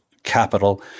capital